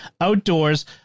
outdoors